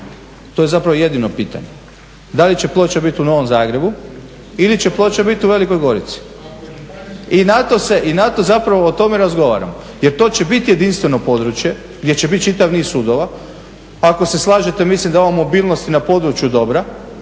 To je zapravo jedino pitanje, da li će ploča biti u Novom Zagrebu ili će ploča biti u Velikoj Gorici. I na to se, zapravo o tome razgovaramo jer to će bit jedinstveno područje gdje će bit čitav niz sudova. Ako se slažete mislim da je ova mobilnost na području dobra.